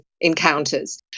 encounters